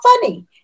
funny